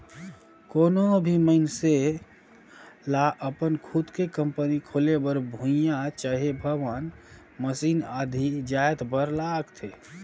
कोनो भी मइनसे लअपन खुदे के कंपनी खोले बर भुंइयां चहे भवन, मसीन आदि जाएत बर लागथे